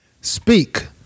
Speak